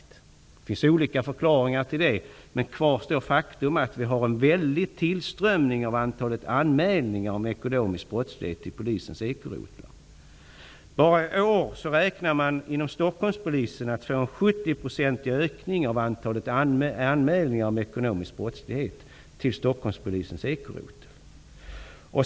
Det finns olika förklaringar till det, men kvar står faktum att vi har en väldig tillströmning av antalet anmälningar om ekonomisk brottslighet till polisens ekorotlar. Bara i år räknar man inom Stockholmspolisen med en 70-procentig ökning av antalet anmälningar om ekonomisk brottslighet till ekoroteln.